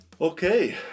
Okay